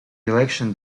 election